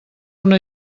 una